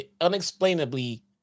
unexplainably